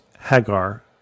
Hagar